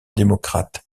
démocrate